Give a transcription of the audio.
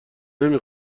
نمی